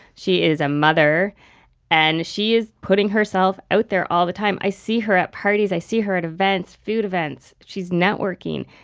she is a mother and she is putting herself out there all the time. i see her at parties, i see her at food events, she's networking,